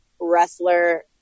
wrestler